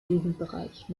jugendbereich